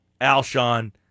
Alshon